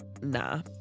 nah